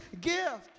gift